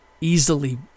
easily